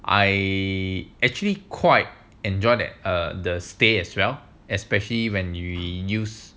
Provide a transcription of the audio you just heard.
I actually quite enjoy that are the stay as well especially when you use